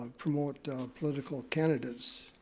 promote political candidates.